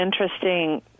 interesting